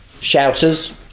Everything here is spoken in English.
Shouters